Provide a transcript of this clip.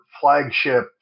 flagship